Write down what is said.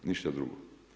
Ništa drugo.